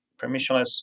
permissionless